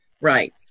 Right